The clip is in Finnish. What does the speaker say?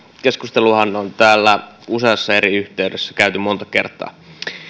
keskustelua on täällä useassa eri yhteydessä käyty monta kertaa